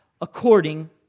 according